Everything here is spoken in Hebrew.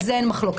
על זה אין מחלוקת.